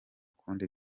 kundi